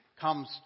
comes